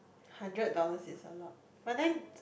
hundred dollars is a lot but then